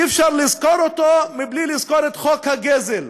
אי-אפשר לזכור אותו בלי לזכור את חוק הגזל,